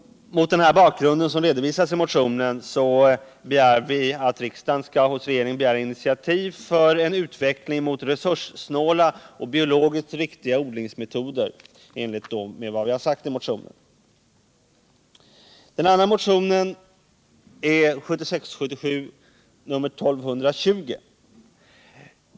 Mot denna bakgrund, som redovisas i motionen, hemställes att riksdagen hos regeringen skall begära initiativ till en utveckling mot resurssnåla och biologiskt riktiga odlingsmetoder i enlighet med vad vi sagt i motionen. Den andra motionen är 1976/77:1220.